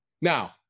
Now